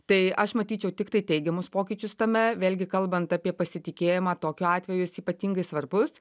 tai aš matyčiau tiktai teigiamus pokyčius tame vėlgi kalbant apie pasitikėjimą tokiu atveju jis ypatingai svarbus